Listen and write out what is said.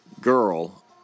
girl